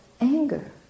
anger